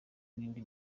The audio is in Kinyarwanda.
n’indi